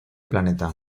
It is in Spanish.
planeta